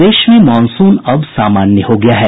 प्रदेश में मॉनसून अब सामान्य हो गया है